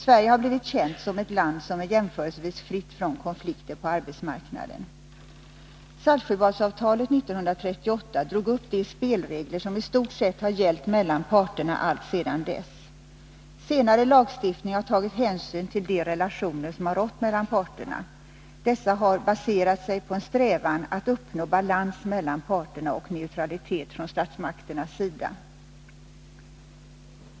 Sverige har blivit känt för att vara ett land som är jämförelsevis fritt från konflikter på arbetsmarknaden. Saltsjöbadsavtalet 1938 drog upp de spelregler som i stort sett har gällt mellan parterna alltsedan dess. Senare lagstiftning har tagit hänsyn till de relationer som har rått mellan parterna. Dessa har baserat sig på en strävan att uppnå balans mellan parterna och neutralitet från statsmakternas sida.